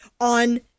on